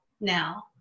now